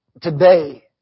today